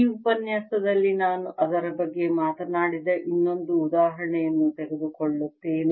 ಈ ಉಪನ್ಯಾಸದಲ್ಲಿ ನಾನು ಅದರ ಬಗ್ಗೆ ಮಾತನಾಡಿದ ಇನ್ನೊಂದು ಉದಾಹರಣೆಯನ್ನು ತೆಗೆದುಕೊಳ್ಳುತ್ತೇನೆ